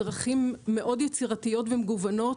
בישראל בדרכים מאוד יצירתיות ומגוונות,